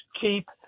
keep